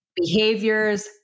behaviors